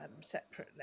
separately